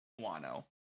Wano